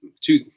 Two